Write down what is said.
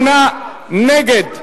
48 נגד,